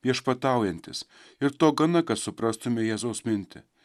viešpataujantis ir to gana kad suprastume jėzaus mintį